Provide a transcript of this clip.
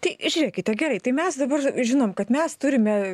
tai žiūrėkite gerai tai mes dabar žinom kad mes turime